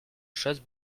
choses